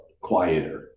quieter